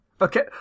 Okay